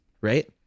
right